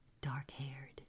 dark-haired